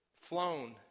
flown